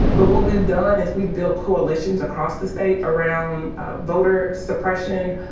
but what we've done is we've built coalitions across the state around voter suppression,